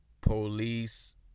police